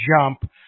jump